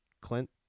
clint